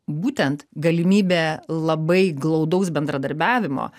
būtent galimybė labai glaudaus bendradarbiavimo